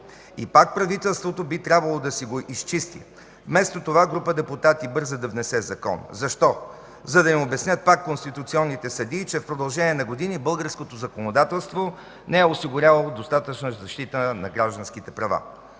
и пак правителството би трябвало да си го изчисти. Вместо това група депутати бърза да внесе закон. Защо? За да им обяснят пак конституционните съдии, че в продължение на години българското законодателство не е осигурявало достатъчна защита на гражданските права.